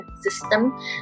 system